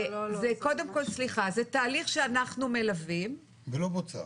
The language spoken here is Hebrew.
קודם כל, סליחה, זה תהליך שאנחנו מלווים ולא בוצע.